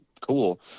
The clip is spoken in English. cool